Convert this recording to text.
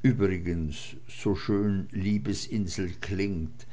übrigens so schön liebesinsel klingt